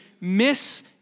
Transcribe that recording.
miss